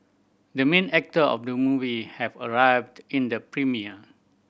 the main actor of the movie have arrived in the premiere